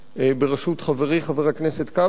בראשות חברי חבר הכנסת כבל,